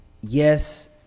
yes –